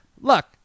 look